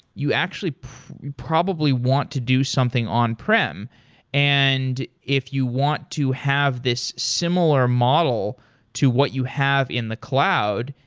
you actually probably want to do something on-prem. and if you want to have this similar model to what you have in the cloud,